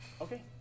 Okay